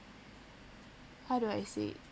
how do I say it